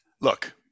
look